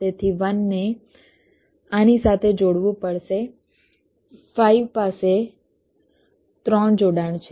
તેથી 1 ને આની સાથે જોડવું પડશે 5 પાસે 3 જોડાણ છે